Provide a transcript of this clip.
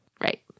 Right